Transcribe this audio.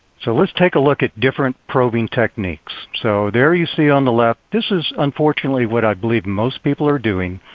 so let's take a look at different probing techniques. so there you see on the left, this is, unfortunately, what i believe most people are doing.